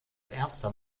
erster